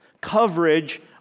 coverage